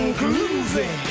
groovy